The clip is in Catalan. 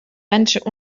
anys